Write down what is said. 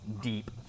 deep